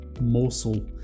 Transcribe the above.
morsel